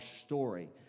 story